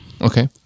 Okay